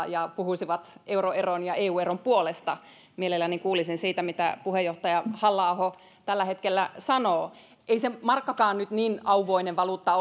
ja puhuisivat euroeron ja eu eron puolesta mielelläni kuulisin mitä puheenjohtaja halla aho siitä tällä hetkellä sanoo ei se markkakaan nyt niin auvoinen valuutta